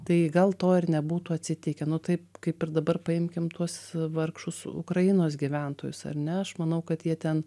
tai gal to ir nebūtų atsitikę nu taip kaip ir dabar paimkim tuos vargšus ukrainos gyventojus ar ne aš manau kad jie ten